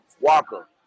Walker